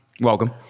Welcome